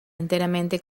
enteramente